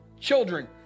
children